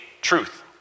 truth